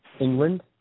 England